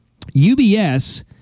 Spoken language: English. UBS